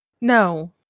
no